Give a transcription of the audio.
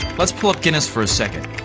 let's pull up guinness for a second.